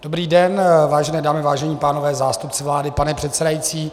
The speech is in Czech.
Dobrý den, vážené dámy, vážení pánové, zástupci vlády, pane předsedající.